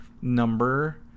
number